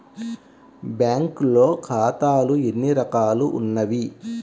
బ్యాంక్లో ఖాతాలు ఎన్ని రకాలు ఉన్నావి?